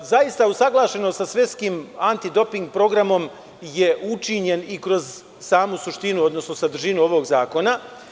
Zaista, usaglašenost sa svetskim anti doping programom je učinjen i kroz samu suštinu odnosno sadržinu ovog zakona.